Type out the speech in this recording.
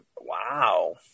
wow